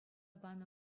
панӑ